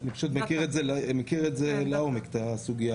אני מכירה הרבה מאוד מקצועות שזה מה שקורה